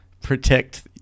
protect